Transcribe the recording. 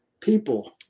people